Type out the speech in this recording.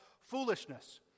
foolishness